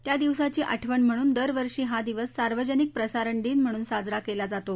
त्या दिवसाची आठवण म्हणून दरवर्षी हा दिवस सार्वजनिक प्रसारण दिन म्हणून साजरा केला जातो